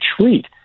treat